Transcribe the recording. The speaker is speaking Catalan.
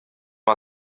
amb